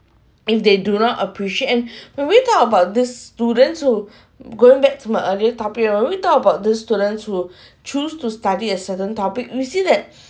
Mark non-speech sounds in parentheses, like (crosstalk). if they do not appreciate and (breath) when we talk about these students who going back to my earlier topic I already talk about these students who (breath) choose to study a certain topic you see that